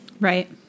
Right